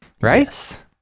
Right